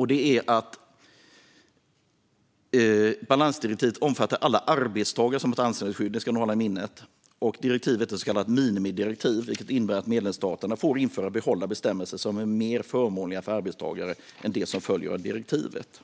hålla i minnet att balansdirektivet omfattar alla arbetstagare som ett anställningsskydd. Direktivet är ett så kallat minimidirektiv, vilket innebär att medlemsstaterna får införa och behålla bestämmelser som är mer förmånliga för arbetstagare än de som följer av direktivet.